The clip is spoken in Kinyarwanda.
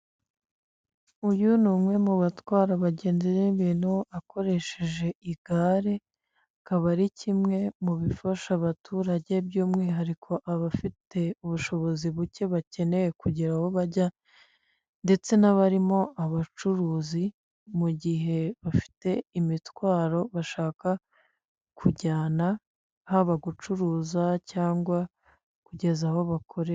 Uyu ni umwe mu batwara abagenzi n'ibintu akoresheje igare, akaba ari kimwe mu bifasha abaturage by'umwihariko abafite ubushobozi buke bakeneye kugera aho bajya, ndetse n'abarimo abacuruzi mu gihe bafite imitwaro bashaka kujyana, haba gucuruza cyangwa kugeza aho bakorera.